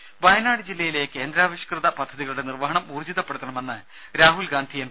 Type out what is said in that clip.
ദരര വയനാട് ജില്ലയിലെ കേന്ദ്രാവിഷ്കൃത പദ്ധതികളുടെ നിർവഹണം ഊർജിതപ്പെടുത്തണമെന്ന് രാഹുൽ ഗാന്ധി എം